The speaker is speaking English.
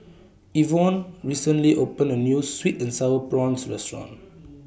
Evonne recently opened A New Sweet and Sour Prawns Restaurant